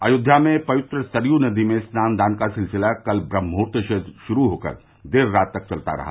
अयोध्या में पवित्र सरयू नदी में स्नान दान का सिलसिला कल ब्रम्हमुहूर्त से शुरू होकर देर रात तक चलता रहा